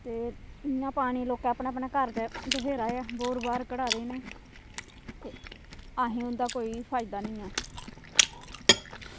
ते इ'यां पानी लोकें अपने अपने घर ते बत्थेरा ऐ बोर बार कढाए दे न ते असें उं'दा कोई फायदा निं ऐ